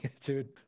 Dude